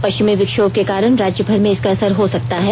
पश्चिमी विक्षोम के कारण राज्य भर में इसका असर हो सकता है